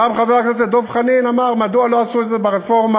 פעם חבר הכנסת דב חנין אמר: מדוע לא עשו את זה ברפורמה